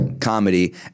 comedy